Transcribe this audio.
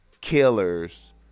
killers